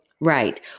Right